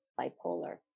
bipolar